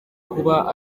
kuba